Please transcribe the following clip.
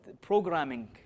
programming